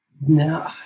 No